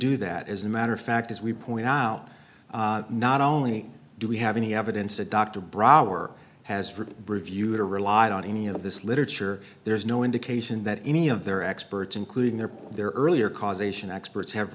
do that as a matter of fact as we point out not only do we have any evidence that dr brower has for bravura relied on any of this literature there's no indication that any of their experts including their their earlier causation experts have